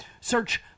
Search